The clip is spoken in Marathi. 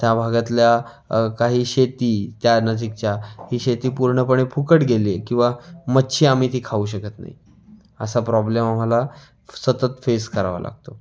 त्या भागातल्या काही शेती त्या नजीकच्या ही शेती पूर्णपणे फुकट गेली आहे किंवा मच्छी आम्ही ती खाऊ शकत नाही असा प्रॉब्लेम आम्हाला सतत फेस करावा लागतो